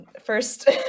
first